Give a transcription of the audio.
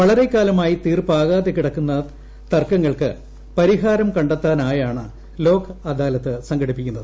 വളരെക്കാലമായി തീർപ്പാകാതെ കിടക്കുന്ന തർക്കങ്ങൾക്ക് പരിഹാരം കണ്ടെത്താനായാണ് ലോക് അദാലത്ത് സംഘടിപ്പിക്കുന്നത്